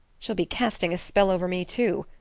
she'll be casting a spell over me, too.